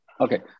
okay